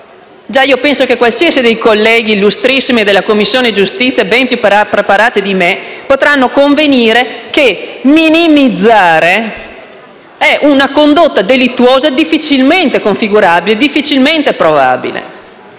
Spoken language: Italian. penale. Penso che chiunque dei colleghi illustrissimi della Commissione giustizia, tutti ben più preparati di me, potranno convenire che il minimizzare è una condotta delittuosa difficilmente configurabile e difficilmente provabile.